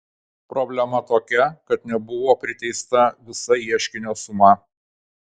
problema tokia kad nebuvo priteista visa ieškinio suma